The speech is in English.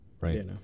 Right